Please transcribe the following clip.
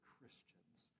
Christians